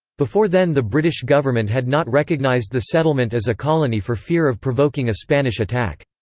before then the british government had not recognized the settlement as a colony for fear of provoking a spanish attack.